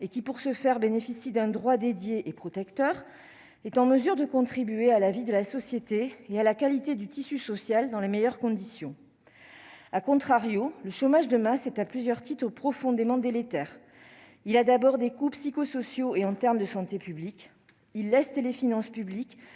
et qui, pour ce faire, bénéficient d'un droit dédié et protecteur est en mesure de contribuer à la vie de la société et à la qualité du tissu social, dans les meilleures conditions, à contrario, le chômage de masse est à plusieurs titres au profondément délétère, il a d'abord des coûts psychosociaux et en terme de santé publique, il est et les finances publiques,